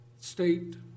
state